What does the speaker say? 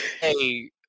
Hey